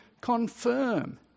confirm